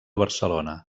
barcelona